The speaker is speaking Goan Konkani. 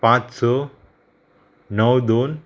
पांच स णव दोन